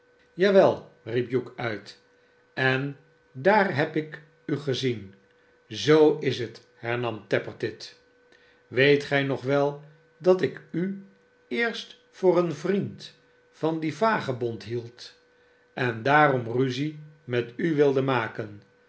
wel riep hugh uit sen daar heb ik u gezien zoo is het hernam tappertit weet gij nog wel dat ik u eerst voor een vriend van dien vagebond hield en daarom ruzie met u wilde maken